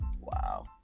wow